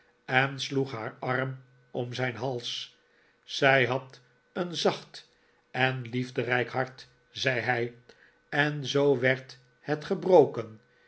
sloeg haar arm om zijn hals zij had een zacht en liefderijk hart zei hij en zoo werd het gebroken